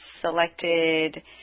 selected